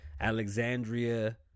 Alexandria